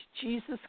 Jesus